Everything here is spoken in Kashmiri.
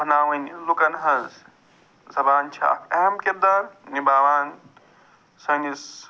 بناوٕنۍ لُکن ہٕنٛز زبان چھِ اکھ اہم کِردار نِبھاوان سٲنِس